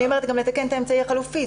גם לתקן את האמצעי החלופי.